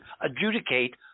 adjudicate